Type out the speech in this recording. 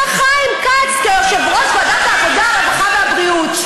חיים כץ כיושב-ראש ועדת העבודה, הרווחה והבריאות.